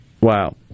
Wow